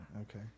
Okay